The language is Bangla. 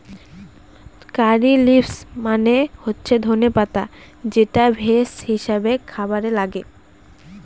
কারী লিভস মানে হচ্ছে ধনে পাতা যেটা ভেষজ হিসাবে খাবারে লাগে